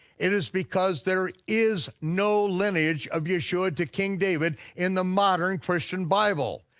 it is because there is no lineage of yeshua to king david in the modern christian bible.